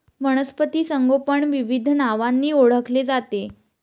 वनस्पती संगोपन विविध नावांनी ओळखले जाते